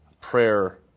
Prayer